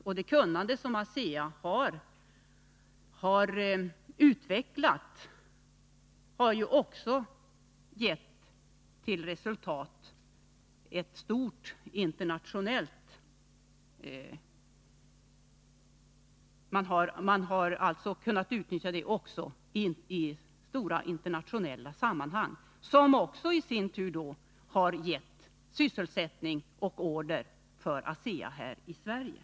Och det kunnande som ASEA har utvecklat har också kunnat utnyttjas i stora internationella Överlåtelse av statens aktier i sammanhang, vilket i sin tur har gett sysselsättning och order för ASEA häri AB Asea-Atom Sverige.